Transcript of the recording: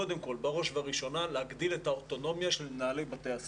קודם כל ובראש ובראשונה להגדיל את האוטונומיה של מנהלי בתי הספר.